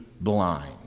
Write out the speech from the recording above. blind